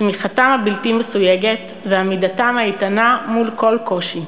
תמיכתם הבלתי-מסויגת ועמידתם האיתנה מול כל קושי.